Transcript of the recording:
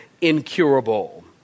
incurable